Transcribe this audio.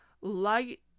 light